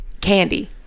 Candy